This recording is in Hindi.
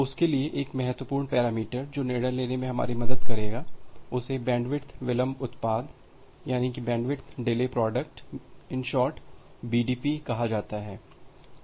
तो उसके लिए एक महत्वपूर्ण पैरामीटर जो निर्णय लेने में हमारी मदद करेगा उसे बैंडविड्थ विलंब उत्पाद bandwidth delay product कहा जाता है